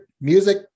music